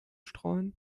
streuen